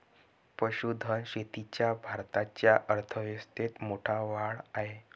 पशुधन शेतीचा भारताच्या अर्थव्यवस्थेत मोठा वाटा आहे